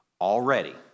already